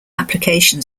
application